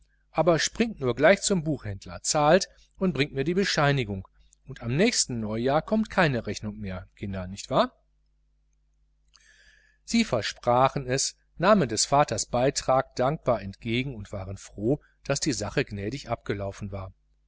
aber springt nur gleich zum buchhändler zahlt und bringt mir die quittung und am nächsten neujahr kommt keine rechnung mehr kinder nicht wahr sie versprachen es nahmen des vaters beitrag dankbar entgegen und waren froh daß die sache gnädig abgelaufen war